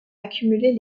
accumuler